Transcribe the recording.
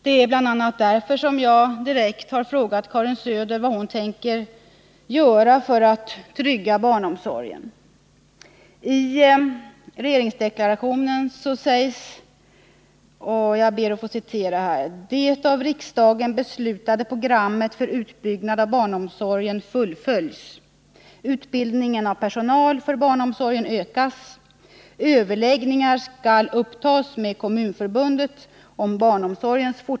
Det är bl.a. därför som jag direkt frågat — Fredagen den Karin Söder vad hon tänker göra för att trygga barnomsorgen.